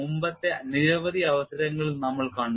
മുമ്പത്തെ നിരവധി അവസരങ്ങളിൽ നമ്മൾ കണ്ടു